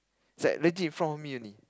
it's like legit in front of me only